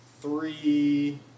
Three